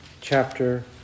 chapter